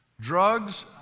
Drugs